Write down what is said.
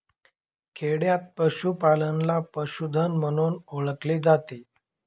खेडयांत पशूपालनाला पशुधन म्हणून ओळखले जाते